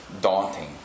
daunting